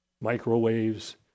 microwaves